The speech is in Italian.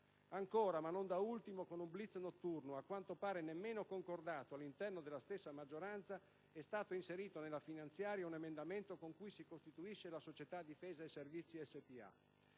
Ancora, ma non da ultimo, con un *blitz* notturno, a quanto pare nemmeno concordato all'interno della stessa maggioranza, è stato inserito nella finanziaria un emendamento con cui si costituisce la società Difesa servizi Spa.